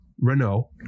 Renault